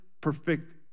perfect